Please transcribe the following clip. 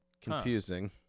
Confusing